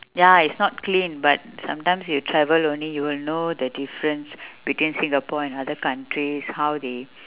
ya it's not clean but sometimes you travel only you will know the difference between singapore and other countries how they